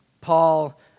Paul